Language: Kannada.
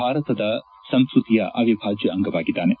ಭಾರತದ ಸಂಸ್ಕೃತಿಯ ಅವಿಭಾಜ್ಯ ಅಂಗವಾಗಿದ್ದಾನೆ